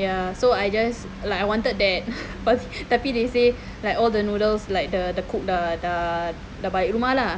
ya so I just like I wanted that was the they say like all the noodles like the the cook dah dah balik rumah lah